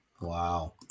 wow